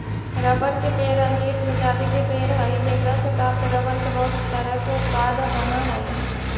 रबड़ के पेड़ अंजीर प्रजाति के पेड़ हइ जेकरा से प्राप्त रबर से बहुत तरह के उत्पाद बनऽ हइ